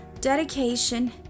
dedication